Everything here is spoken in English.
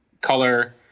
color